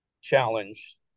challenge